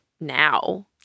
now